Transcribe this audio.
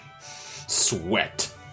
sweat